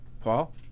Paul